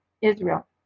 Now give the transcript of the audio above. Israel